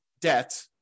debt